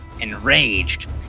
Enraged